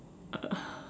uh